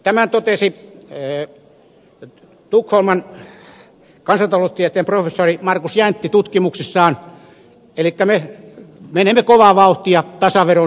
tämän totesi tukholman yliopiston kansantaloustieteen professori markus jäntti tutkimuksissaan elikkä me menemme kovaa vauhtia tasaveron suuntaan